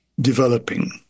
developing